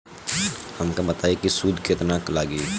हमका बताई कि सूद केतना लागी?